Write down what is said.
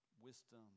wisdom